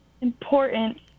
important